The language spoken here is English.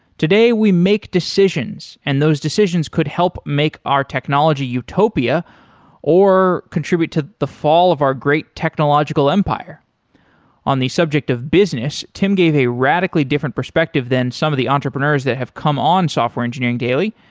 today we make decisions and those decisions could help make our technology utopia or contribute to the fall of our great technological empire on the subject of business, tim gave a radically different perspective than some of the entrepreneurs that have come on software engineering daily.